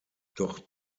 doch